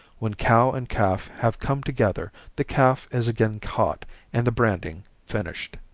when cow and calf have come together the calf is again caught and the branding finished.